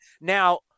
Now